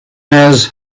has